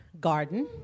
garden